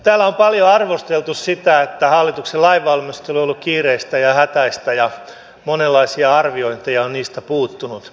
täällä on paljon arvosteltu sitä että hallituksen lainvalmistelu on ollut kiireistä ja hätäistä ja monenlaisia arviointeja on niistä puuttunut